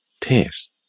taste